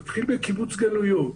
הוא מתחיל בקיבוץ גלויות,